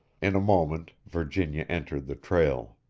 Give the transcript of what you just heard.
in a moment virginia entered the trail.